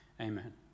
Amen